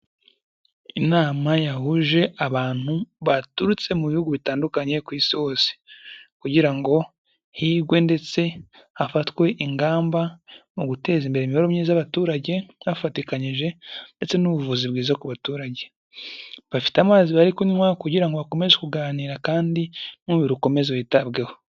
Inama yahuje abantu baturutse mu bihugu bitandukanye ku isi hose, kugira ngo higwe ndetse hafatwe ingamba mu guteza imbere imibereho myiza y'abaturage bafatikanyije, ndetse n'ubuvuzi bwiza ku baturage. Bafite amazi bari kunywa kugira ngo bakomeze kuganira kandi n'umubiri ukomeze witabweho.